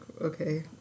okay